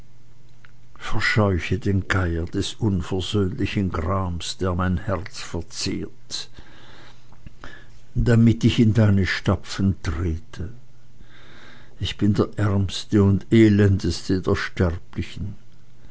verscheuche den geier des unversöhnlichen grams der mein herz verzehrt damit ich in deine stapfen trete ich bin der ärmste und elendeste der sterblichen